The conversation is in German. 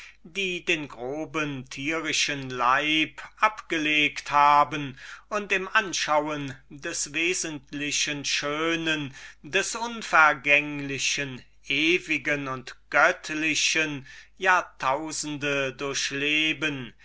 die den groben tierischen leib abgelegt haben und im anschauen des wesentlichen schönen des unvergänglichen ewigen und göttlichen jahrtausende durchleben